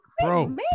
Bro